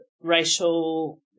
racial